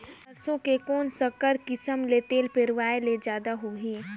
सरसो के कौन संकर किसम मे तेल पेरावाय म जादा होही?